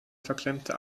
verklemmte